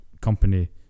company